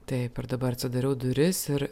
taip ir dabar atsidariau duris ir